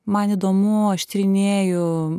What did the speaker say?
man įdomu aš tyrinėju